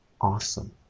awesome